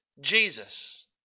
Jesus